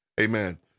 amen